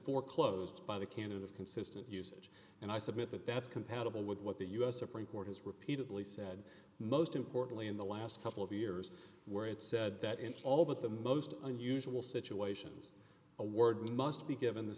foreclosed by the canon of consistent usage and i submit that that's compatible with what the u s supreme court has repeatedly said most importantly in the last couple of years where it said that in all but the most unusual situations a word must be given the